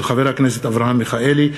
של חבר הכנסת אברהם מיכאלי,